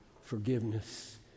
forgiveness